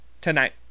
tonight